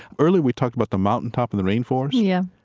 early we talked about the mountaintop and the rain forest. yeah